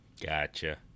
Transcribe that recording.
Gotcha